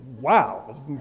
wow